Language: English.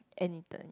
anytime